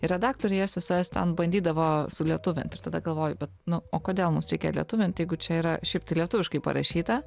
ir redaktorė jas visas ten bandydavo sulietuvint ir tada galvoju bet nu o kodėl mums reikia lietuvint jeigu čia yra šiaip tai lietuviškai parašyta